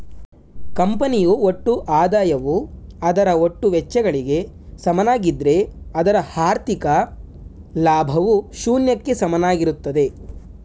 ಕಂಪನಿಯು ಒಟ್ಟು ಆದಾಯವು ಅದರ ಒಟ್ಟು ವೆಚ್ಚಗಳಿಗೆ ಸಮನಾಗಿದ್ದ್ರೆ ಅದರ ಹಾಥಿ೯ಕ ಲಾಭವು ಶೂನ್ಯಕ್ಕೆ ಸಮನಾಗಿರುತ್ತದೆ